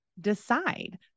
decide